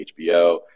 hbo